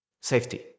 Safety